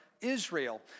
Israel